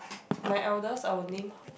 my eldest I will name